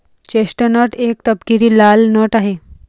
chestnut एक तपकिरी लाल नट आहे